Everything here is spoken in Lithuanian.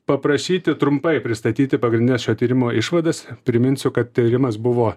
paprašyti trumpai pristatyti pagrindines šio tyrimo išvadas priminsiu kad tyrimas buvo